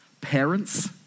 Parents